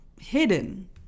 hidden